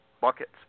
buckets